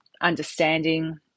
understanding